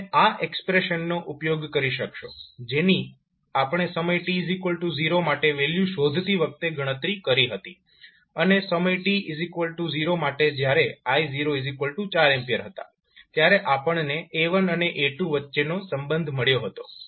તમે આ એક્સપ્રેશનનો ઉપયોગ કરી શકશો જેની આપણે સમય t0 માટે વેલ્યુ શોધતી વખતે ગણતરી કરી હતી અને સમય t0 માટે જયારે i 4A હતા ત્યારે આપણને A1 અને A2 વચ્ચેનો સંબંધ મળ્યો હતો